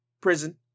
prison